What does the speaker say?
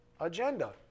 agenda